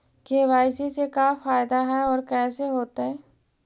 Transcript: KYC से का फायदा है और कैसे होतै?